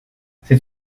c’est